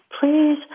Please